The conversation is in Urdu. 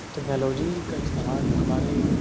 ٹیکنالوجی کا استعمال ہمارے